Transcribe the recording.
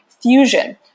Fusion